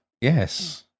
Yes